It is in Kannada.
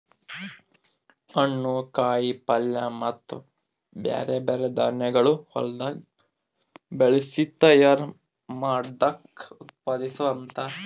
ಹಣ್ಣು, ಕಾಯಿ ಪಲ್ಯ ಮತ್ತ ಬ್ಯಾರೆ ಬ್ಯಾರೆ ಧಾನ್ಯಗೊಳ್ ಹೊಲದಾಗ್ ಬೆಳಸಿ ತೈಯಾರ್ ಮಾಡ್ದಕ್ ಉತ್ಪಾದಿಸು ಅಂತಾರ್